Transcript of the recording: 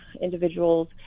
individuals